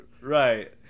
Right